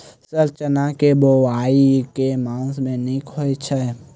Sir चना केँ बोवाई केँ मास मे नीक होइ छैय?